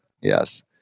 Yes